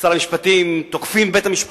שר המשפטים, תוקפים את בית-המשפט